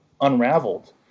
unraveled